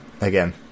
again